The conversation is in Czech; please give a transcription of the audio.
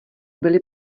byly